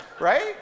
Right